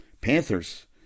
Panthers